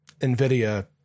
NVIDIA